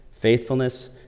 faithfulness